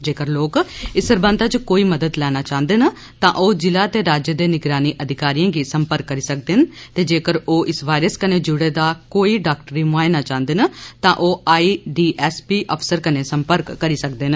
जेकर लोक इस सरबंधी च कोई मदद लेना चाहन्दे न तां ओह जिला ते राज्य दे निगरानी अधिकारियें गी सम्पर्क करी सकदे न ते जेकर ओह इस वाइरस कन्नै जुड़े दा कोई डाक्टरी मोआइना चाहन्दे न ता ओह् आई डी एस पी अफसर कन्नै सम्पर्क करी सकदे न